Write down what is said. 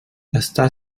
està